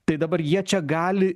tai dabar jie čia gali